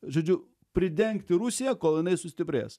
žodžiu pridengti rusiją kol jinai sustiprės